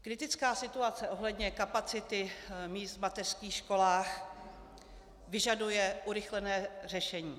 Kritická situace ohledně kapacity míst v mateřských školách vyžaduje urychlené řešení.